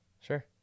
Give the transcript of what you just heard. Sure